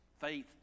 faith